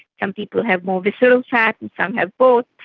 some people have more visceral fat and some have both.